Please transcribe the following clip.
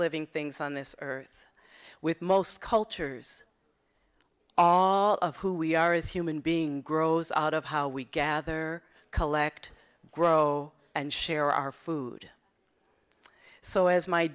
living things on this earth with most cultures all of who we are as human being grows out of how we gather collect grow and share our food so as my